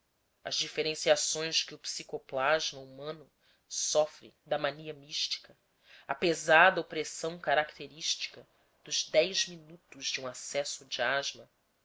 as diferenciações que o psicoplasma humano sofre da mania mística a pesada opressão característica dos dez minutos de um acesso de asma